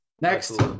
Next